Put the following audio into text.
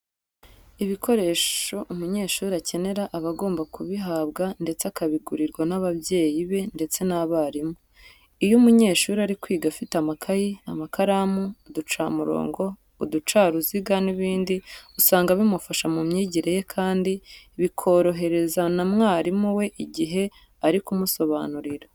Ibikoresho umunyeshuri akenera aba agomba kubihabwa ndetse akabigurirwa n'ababyeyi be ndetse n'abarimu. Iyo umunyeshuri ari kwiga afite amakayi, amakaramu, uducamurongo, uducaruziga n'ibindi usanga bimufasha mu myigire ye kandi bikorohereza na mwarimu we igihe ari kumusobanurira.